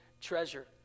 treasure